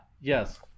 yes